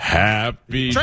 happy